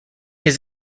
his